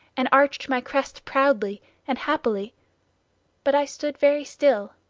and arched my crest proudly and happily but i stood very still,